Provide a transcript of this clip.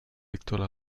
lecteurs